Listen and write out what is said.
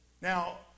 Now